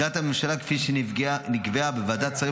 עמדת הממשלה כפי שנקבעה בוועדת שרים